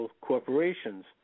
corporations